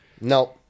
no